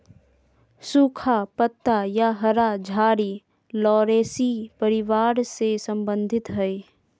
सुखा पत्ता या हरा झाड़ी लॉरेशी परिवार से संबंधित हइ